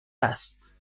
است